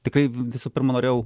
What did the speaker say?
tikrai vi visų pirma norėjau